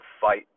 fight